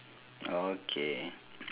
okay